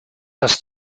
das